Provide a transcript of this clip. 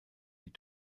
die